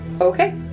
Okay